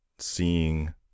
seeing